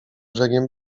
brzegiem